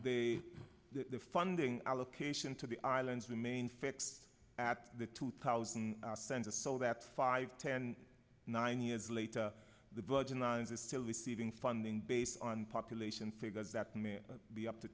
they the funding allocation to the islands remain fixed at the two thousand census so that five ten nine years later the bludgeon and is still receiving funding based on population figures that may be up to